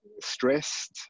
stressed